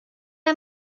are